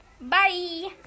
Bye